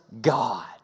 God